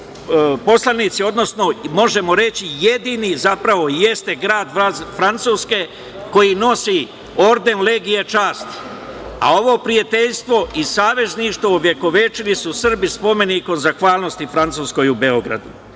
poslanici, odnosno možemo reći jedini, zapravo i jeste grad Francuske koji nosi orden Legije časti. Ovo prijateljstvo i savezništvo ovekovečili su Srbi spomenikom zahvalnosti Francuskoj u Beogradu.I